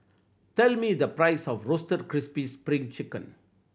tell me the price of Roasted Crispy Spring Chicken